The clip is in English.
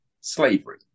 slavery